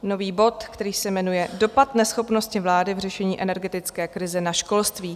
Nový bod, který se jmenuje Dopad neschopnosti vlády v řešení energetické krize na školství.